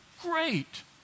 Great